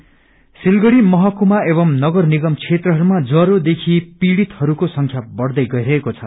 डेग् सिलगड़ी महकुमा एंव नगर निगम क्षेत्रहमया ज्वोरोदेखि पीड़ितहरूको संख्या बढ़दै गइरहेको छ